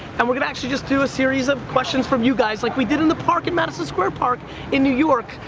and we're going to actually just do a series of questions from you guys, like we did in the park in madison square park in new york.